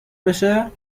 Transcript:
بشه